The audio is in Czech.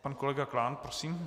Pan kolega Klán, prosím.